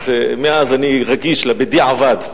מאז אני רגיש ל"בדיעבד".